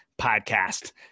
Podcast